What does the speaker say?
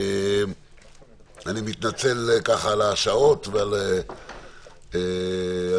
אני מתנצל על השעות ועל הדברים,